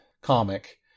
comic